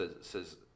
says